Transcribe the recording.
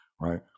right